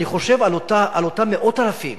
אני חושב על אותם מאות אלפים